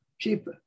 keep